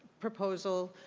proposal.